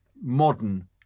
modern